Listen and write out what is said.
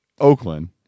Oakland